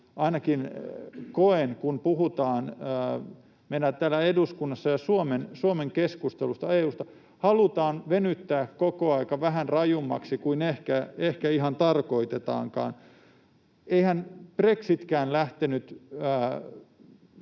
ainakin koen, kun puhutaan meillä täällä eduskunnassa ja Suomen keskustelussa EU:sta: halutaan venyttää koko aika vähän rajummaksi kuin ehkä ihan tarkoitetaankaan. Eihän brexitkään lähtenyt